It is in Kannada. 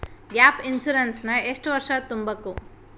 ಗ್ಯಾಪ್ ಇನ್ಸುರೆನ್ಸ್ ನ ಎಷ್ಟ್ ವರ್ಷ ತುಂಬಕು?